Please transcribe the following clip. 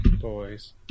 Boys